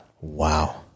Wow